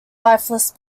lifeless